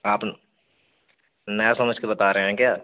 आप नया समझ कर बता रहे हैं क्या